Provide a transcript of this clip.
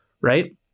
right